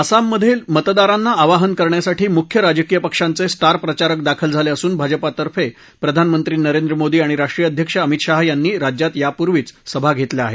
आसाममधे मतदारांना आवाहन करण्यासाठी मुख्य राजकीय पक्षाचे स्टार प्रचारक दाखल झाले असून भाजपातर्फे प्रधानमंत्री नरेंद्र मोदी आणि राष्ट्रीय अध्यक्ष अमित शाह यांनी राज्यात यापूर्वीच सभा घेतल्या आहेत